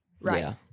Right